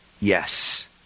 Yes